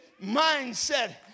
mindset